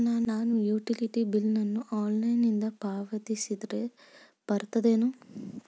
ನಾನು utility bill ನ ಆನ್ಲೈನಿಂದ ಪಾವತಿಸಿದ್ರ ಬರ್ತದೇನು?